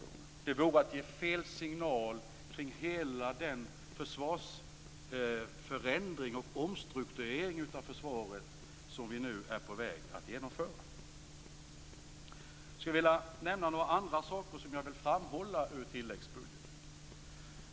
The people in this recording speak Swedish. Ett bifall vore att ge fel signal till hela den försvarsförändring och omstrukturering av försvaret som vi nu är på väg att införa. Jag skulle också vilja framhålla några andra saker i tilläggsbudgeten.